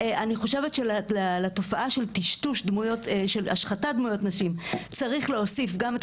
אני חושבת שלתופעה של השחתת דמויות נשים צריך להוסיף גם את